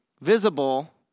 Visible